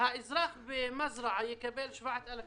במזרעה הוא יקבל 7,000